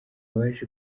baje